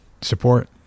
support